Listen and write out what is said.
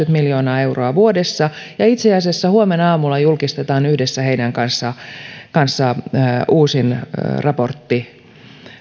miljoonaa euroa vuodessa ja itse asiassa huomenna aamulla julkistetaan yhdessä heidän kanssaan uusin raportti